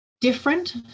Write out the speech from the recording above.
different